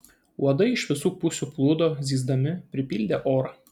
uodai iš visų pusių plūdo zyzdami pripildė orą